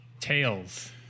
tails